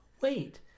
wait